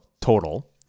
Total